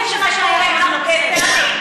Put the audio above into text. כשמגיעים לבית המשפט,